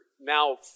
now